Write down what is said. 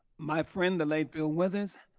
my friend, the late bill withers,